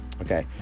Okay